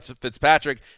Fitzpatrick